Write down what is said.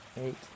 Eight